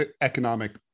economic